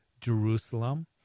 Jerusalem